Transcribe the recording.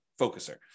focuser